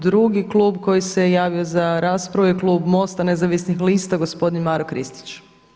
Drugi klub koji se javio za raspravu je klub MOST-a Nezavisnih lista gospodin Maro Kristić.